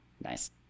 Nice